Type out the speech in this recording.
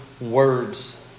words